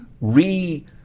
re